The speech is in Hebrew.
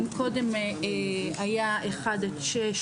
אם קודם היה אחד-שש,